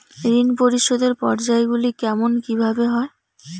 ঋণ পরিশোধের পর্যায়গুলি কেমন কিভাবে হয়?